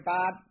Bob